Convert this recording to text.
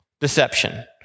deception